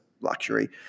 luxury